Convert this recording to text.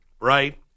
right